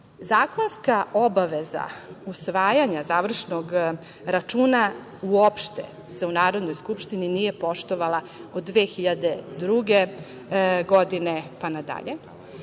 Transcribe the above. Zakonska obaveza usvajanja završnog računa uopšte se u Narodnoj skupštini nije poštovala od 2002. godine pa nadalje.